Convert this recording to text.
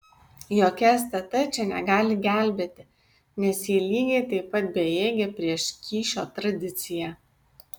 jokia stt čia negali gelbėti nes ji lygiai taip pat bejėgė prieš kyšio tradiciją